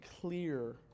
clear